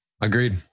Agreed